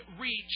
reach